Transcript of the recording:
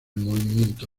movimiento